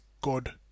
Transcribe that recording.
God